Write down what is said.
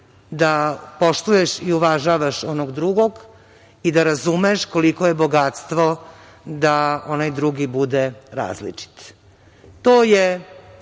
da poštuješ i uvažavaš onog drugog i da razumeš koliko je bogatstvo da onaj drugi bude različit. To je